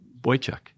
Boychuk